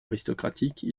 aristocratique